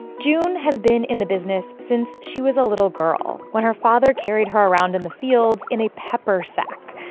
june has been in the business since she was a little girl when her father carried her around in the fields in a pepper sack.